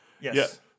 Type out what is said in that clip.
Yes